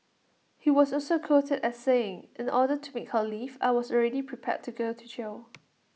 he was also quoted as saying in order to make her leave I was already prepared to go to jail